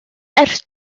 ers